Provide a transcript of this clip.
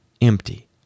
Empty